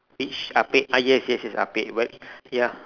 which ah pek ah yes yes yes ah pek but ya